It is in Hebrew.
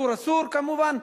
שאפשר.